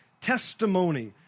testimony